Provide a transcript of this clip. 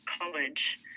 college